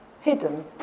hidden